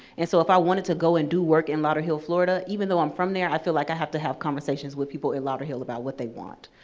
and so if i wanted to go and do work in lauderhill, florida, even though i'm from there, i'd feel like i have to have conversations with people in lauderhill about what they want.